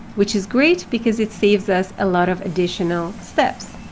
which is great because it saves us a lot of additional steps.